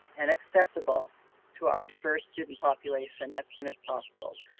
and accessible to our diverse student population as soon as possible.